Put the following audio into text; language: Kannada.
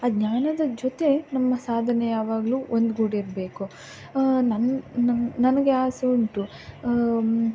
ಆ ಜ್ಞಾನದ ಜೊತೆ ನಮ್ಮ ಸಾಧನೆ ಯಾವಾಗಲೂ ಒಂದುಗೂಡಿರ್ಬೇಕು ನನ್ನ ನನಗೆ ಆಸೆ ಉಂಟು